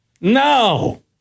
No